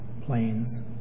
planes